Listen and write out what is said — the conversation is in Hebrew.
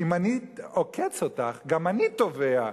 אם אני עוקץ אותך גם אני טובע,